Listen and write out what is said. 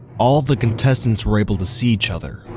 all of the contestants were able to see each other,